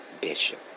Bishop